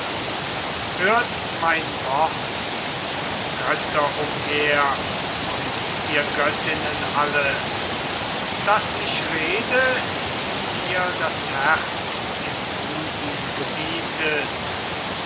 hört mein wort ihr troer ihr dardaner und ihr genossen daß ich rede wie mir das herz im busen gebietet